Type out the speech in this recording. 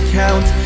count